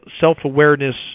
self-awareness